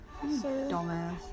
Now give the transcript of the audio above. Dumbass